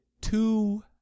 two